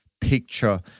picture